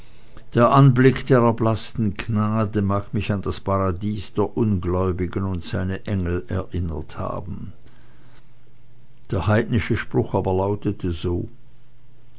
der anblick der erblaßten gnade mag mich an das paradies der ungläubigen und seine engel erinnert haben der heidnische spruch aber lautete so